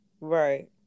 right